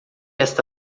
esta